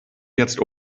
jetzt